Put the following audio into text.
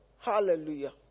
Hallelujah